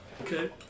Okay